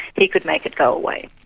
he could make it go away.